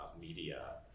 media